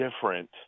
different